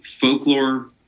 folklore